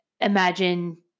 imagine